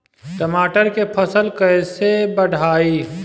टमाटर के फ़सल कैसे बढ़ाई?